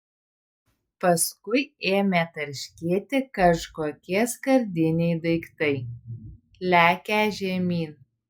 paskui ėmė tarškėti kažkokie skardiniai daiktai lekią žemyn